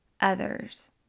others